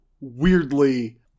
weirdly